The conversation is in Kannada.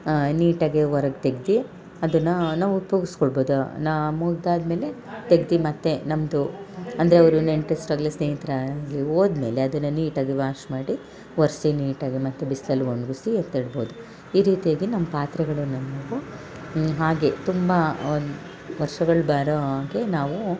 ನೀಟಾಗೆ ಹೊರಗೆ ತೆಗ್ದು ಅದನ್ನು ನಾವು ತೂಗುಸ್ಕೊಳ್ಬೋದು ನಾ ಮುಗ್ದಾದ ಮೇಲೆ ತೆಗ್ದು ಮತ್ತು ನಮ್ಮದು ಅಂದರೆ ಅವರು ನೆಂಟ್ರಿಷ್ಟ್ರಾಗಲಿ ಸ್ನೇಹಿತರಾಗಲಿ ಹೋದ ಮೇಲೆ ಅದನ್ನು ನೀಟಾಗಿ ವಾಶ್ ಮಾಡಿ ಒರ್ಸಿ ನೀಟಾಗಿ ಮತ್ತು ಬಿಸಿಲಲ್ಲಿ ಒಣ್ಗುಸಿ ಎತ್ತಿಡ್ಬೋದು ಈ ರೀತಿಯಾಗಿ ನಮ್ಮ ಪಾತ್ರೆಗಳನ್ನು ನೀವು ಹಾಗೆ ತುಂಬ ಒಂದು ವರ್ಷಗಳು ಬರೋ ಹಾಗೆ ನಾವು